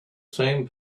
same